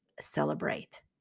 celebrate